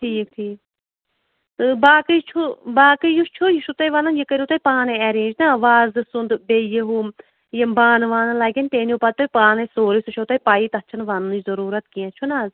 ٹھیٖک ٹھیٖک تہٕ باقٕے چھُ باقٕے یُس چھُ یہِ چھُو تۄہہِ وَنان یہِ کٔرِو تُہۍ پانَے اٮ۪رینٛج نا وازٕ سُنٛد بیٚیہِ یہِ ہُم یِم بانہٕ وانہٕ لَگن تہِ أنِو پَتہٕ تُہۍ پانَے سورٕے سُہ چھو تۄہہِ پَیی تَتھ چھُنہٕ وَننٕچ ضُروٗرت کیٚنہہ چھُنہٕ حظ